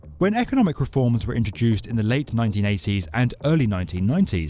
when economic reforms were introduced in the late nineteen eighty s and early nineteen ninety s,